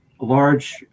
large